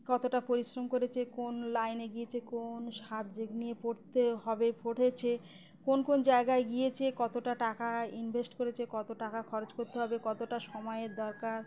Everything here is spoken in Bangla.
কতটা পরিশ্রম করেছে কোন লাইনে গিয়েছে কোন সাবজেক্ট নিয়ে পড়তে হবে পড়েছে কোন কোন জায়গায় গিয়েছে কতটা টাকা ইনভেস্ট করেছে কত টাকা খরচ করতে হবে কতটা সময়ের দরকার